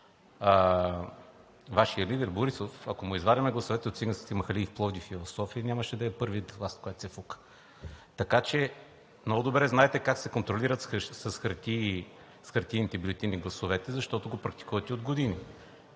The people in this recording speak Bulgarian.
Вашият лидер Борисов, ако му извадим гласовете от циганските махали в Пловдив и в София, нямаше да е първи, с което се фука. Така че много добре знаете как се контролират гласовете с хартиените бюлетини, защото го практикувате от години.